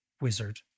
Wizard